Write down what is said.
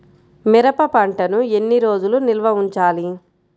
మిరప పంటను ఎన్ని రోజులు నిల్వ ఉంచాలి?